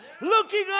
Looking